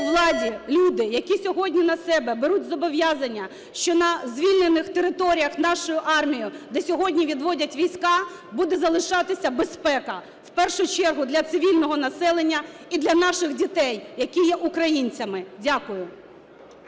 у владі люди, які сьогодні на себе беруть зобов'язання, що на звільнених територіях нашою армією, де сьогодні відводять війська, буде залишатися безпека, в першу чергу, для цивільного населення і для наших дітей, які є українцями. Дякую.